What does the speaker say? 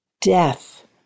death